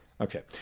Okay